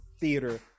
theater